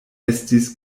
estis